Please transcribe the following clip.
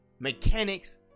mechanics